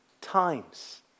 times